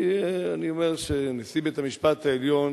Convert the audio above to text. אני אומר שנשיא בית-המשפט העליון